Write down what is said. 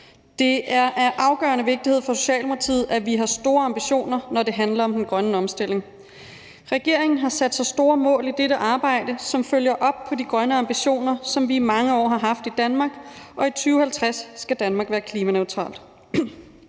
Det er af afgørende vigtighed for Socialdemokratiet, at vi har store ambitioner, når det handler om den grønne omstilling. Regeringen har sat sig store mål i dette arbejde, som følger op på de grønne ambitioner, som vi i mange år har haft i Danmark, og i 2050 skal Danmark være klimaneutralt.